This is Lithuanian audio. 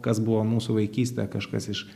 kas buvo mūsų vaikystė kažkas iš